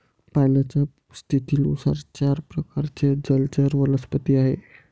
पाण्याच्या स्थितीनुसार चार प्रकारचे जलचर वनस्पती आहेत